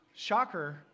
Shocker